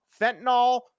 fentanyl